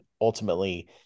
ultimately